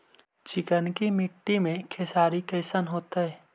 चिकनकी मट्टी मे खेसारी कैसन होतै?